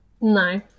No